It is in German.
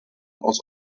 aus